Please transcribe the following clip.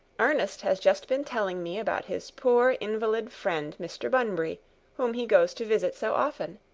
ernest has just been telling me about his poor invalid friend mr. bunbury whom he goes to visit so often.